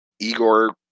Igor